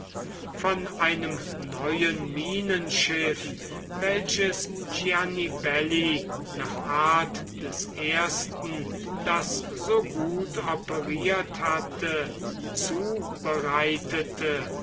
von einem neuen minenschiff welches gianibelli nach art des ersten das so gut operiert hatte zubereitete